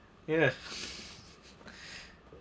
yes